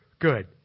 Good